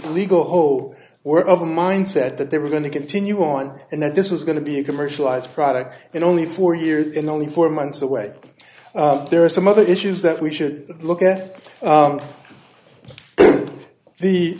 this legal hold were of a mindset that they were going to continue on and that this was going to be a commercialized product and only four years in only four months away there are some other issues that we should look at